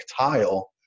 tile